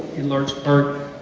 in large part,